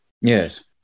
Yes